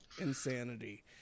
insanity